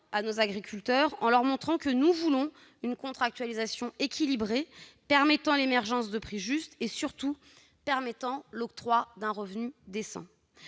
à nos agriculteurs, en leur montrant que nous voulons une contractualisation équilibrée, permettant l'émergence de prix justes et, surtout, l'octroi d'un revenu décent.